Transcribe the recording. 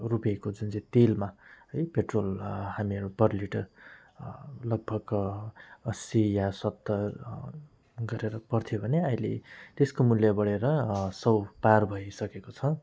रुपियाँको जुन चाहिँ तेलमा है पेट्रोल हामीहरू पर लिटर लगभग अस्सी या सत्तर गरेर पर्थ्यो भने अहिले त्यसको मूल्य बढेर सौ पार भइसकेको छ